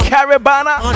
Carabana